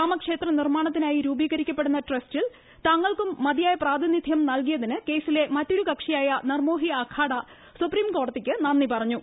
രാമക്ഷേത്ര നിർമ്മാണത്തിനായി രൂപീകരിക്കപ്പെടുന്ന ട്രസ്റ്റിൽ തങ്ങൾക്കും മതിയായ പ്രാതിനിധ്യം നൽകിയതിന് ് കേസിലെ മറ്റൊരു കക്ഷിയായ നിർമോഹി അഖാഡ സുപ്രീംകോടതിക്ക് നന്ദി പറഞ്ഞു